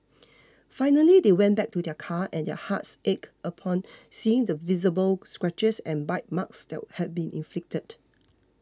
finally they went back to their car and their hearts ached upon seeing the visible scratches and bite marks that had been inflicted